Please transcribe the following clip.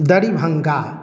Darbhanga